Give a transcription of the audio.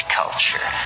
culture